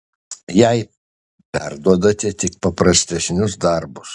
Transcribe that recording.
jai perduodate tik paprastesnius darbus